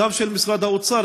גם של משרד האוצר,